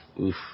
oof